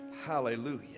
hallelujah